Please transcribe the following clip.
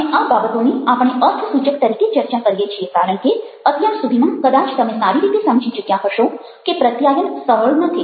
અને આ બાબતોની આપણે અર્થસૂચક તરીકે ચર્ચા કરીએ છીએ કારણ કે અત્યાર સુધીમાં કદાચ તમે સારી રીતે સમજી ચૂક્યા હશો કે પ્રત્યાયન સરળ નથી